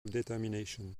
determination